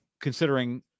considering